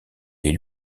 les